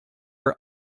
are